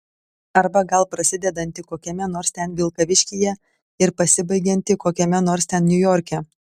arba gal prasidedantį kokiame nors ten vilkaviškyje ir pasibaigiantį kokiame nors ten niujorke